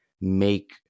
make